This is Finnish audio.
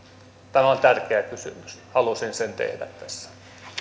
tämä on tärkeä kysymys halusin sen tehdä tässä